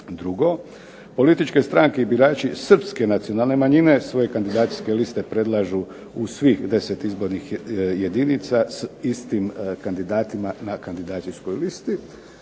Drugo, političke stranke i birači Srpske nacionalne manjine svoje kandidacijske liste predlažu u svih 10 izbornih jedinica s istim kandidatima na kandidacijskoj listi.